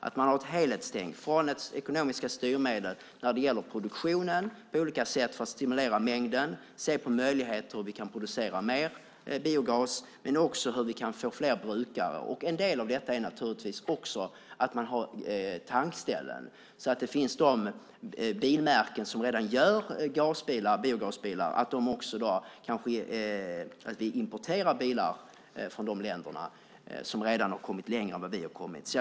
Det ska vara ett helhetstänk, från ekonomiska styrmedel när det gäller produktionen, för att stimulera mängden och möjligheten att producera mer biogas, till att få fler brukare. En del av detta är naturligtvis också att det finns tankställen. Det finns de bilmärken som redan tillverkar biogasbilar. Vi ska kunna importera bilar från de länder som redan har kommit längre än vad vi har gjort.